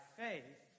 faith